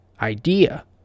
idea